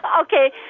Okay